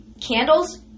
candles